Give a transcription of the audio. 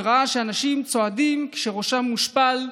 וראה שהאנשים צועדים כשראשם מושפל,